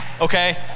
okay